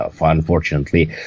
Unfortunately